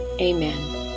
amen